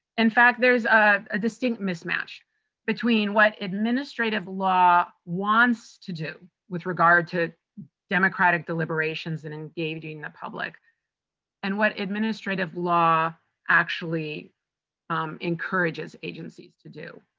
in fact, there's a distinct mismatch between what administrative law wants to do with regard to democratic deliberations and engaging the public and what administrative law actually encourages agencies to do.